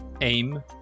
Aim